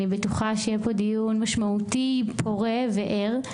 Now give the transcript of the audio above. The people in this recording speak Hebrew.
אני בטוחה שהיה פה דיון משמעותי, פורה וער,